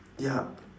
ya